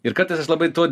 ir kartais aš labai tuo